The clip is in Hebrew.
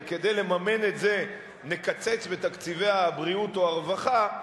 וכדי לממן את זה נקצץ בתקציבי הבריאות או הרווחה,